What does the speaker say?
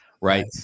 right